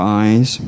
eyes